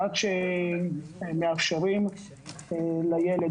עד שמאפשרים לילד,